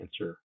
answer